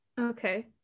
Okay